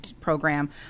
program